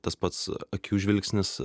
tas pats akių žvilgsnis